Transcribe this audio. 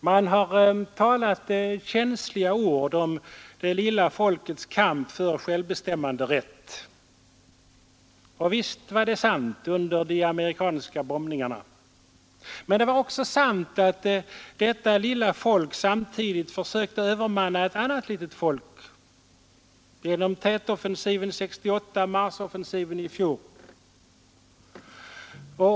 Man har talat känsliga ord om ”det lilla folkets kamp för självbestämmanderätt”. Och visst var det sant under de amerikanska bombningarna. Men det var också sant att detta lilla folk samtidigt försökte övermanna ett annat litet folk genom tet-offensiven 1968 och marsoffensiven i fjor.